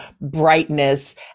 brightness